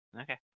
Okay